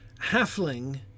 halfling